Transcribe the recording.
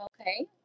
Okay